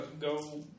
go